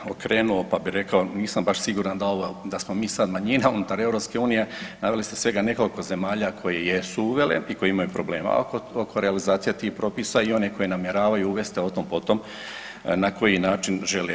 Ja bih samo okrenuo pa bi rekao, nisam baš siguran da smo mi sad manjina unutar EU, naveli ste svega nekoliko zemalja koje jesu uvele i koje imaju problema oko realizacija tih propisa i one koje namjeravaju uvest, a o tom po tom na koji način žele.